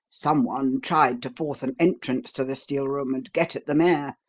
someone tried to force an entrance to the steel room and get at the mare,